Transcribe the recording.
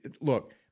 look